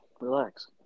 relax